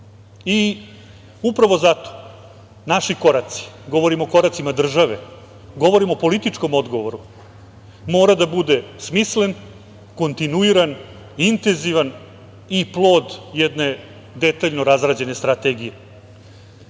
Upravo zato naši koraci, govorim o koracima države, govorim o političkom odgovoru, mora da bude smislen, kontinuiran, intenzivan i plod jedne detaljno razrađene strategije.